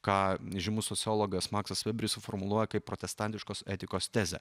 ką žymus sociologas maksas vėberis suformuluoja kaip protestantiškos etikos tezę